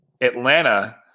Atlanta